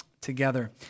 together